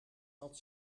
dat